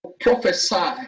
prophesy